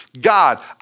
God